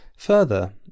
Further